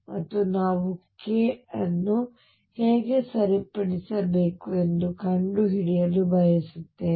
ಮತ್ತು ನಾವು k ಅನ್ನು ಹೇಗೆ ಸರಿಪಡಿಸಬೇಕು ಎಂದು ಕಂಡುಹಿಡಿಯಲು ಬಯಸುತ್ತೇವೆ